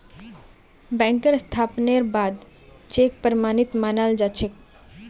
बैंकेर सत्यापनेर बा द चेक प्रमाणित मानाल जा छेक